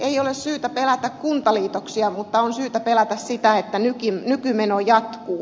ei ole syytä pelätä kuntaliitoksia mutta on syytä pelätä sitä että nykymeno jatkuu